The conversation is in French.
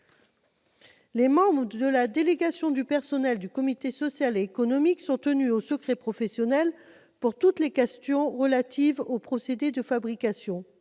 les membres de la délégation du personnel du comité social et économique sont tenus au secret professionnel pour toutes les questions relatives aux procédés de fabrication.